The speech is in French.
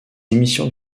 émissions